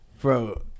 Bro